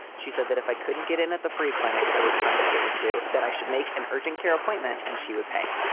she said that if i couldn't get in at the free clinic i was trying to get into that i should make an urgent care appointment and she would pay.